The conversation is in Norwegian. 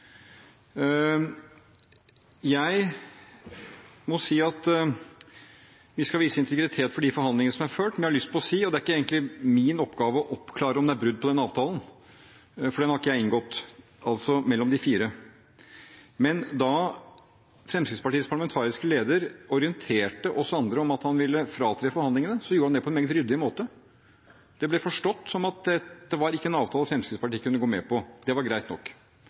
Jeg må si at vi skal vise integritet for de forhandlingene som er ført, men jeg har lyst til å si – og det er egentlig ikke min oppgave å oppklare om det er brudd på den avtalen, altså mellom de fire, for den har ikke jeg inngått – at da Fremskrittspartiets parlamentariske leder orienterte oss andre om at han ville fratre forhandlingene, gjorde han det på en meget ryddig måte. Det ble forstått som at dette ikke var en avtale som Fremskrittspartiet kunne gå med på. Det var greit nok.